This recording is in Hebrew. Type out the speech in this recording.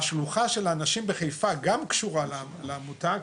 השלוחה של האנשים בחיפה גם קשורה לעמותה,